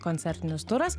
koncertinis turas